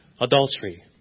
adultery